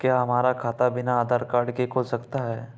क्या हमारा खाता बिना आधार कार्ड के खुल सकता है?